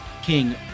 King